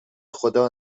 خدا